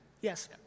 Yes